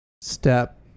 step